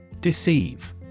Deceive